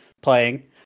playing